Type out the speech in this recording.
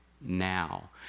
now